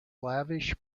lavish